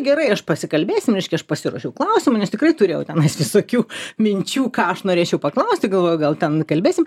gerai aš pasikalbėsim reiškia aš pasiruošiau klausimų nes tikrai turėjau tenais visokių minčių ką aš norėčiau paklausti galvoju gal ten kalbėsim